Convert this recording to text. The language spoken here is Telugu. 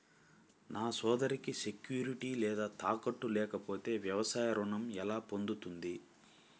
నా సోదరికి సెక్యూరిటీ లేదా తాకట్టు లేకపోతే వ్యవసాయ రుణం ఎలా పొందుతుంది?